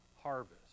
harvest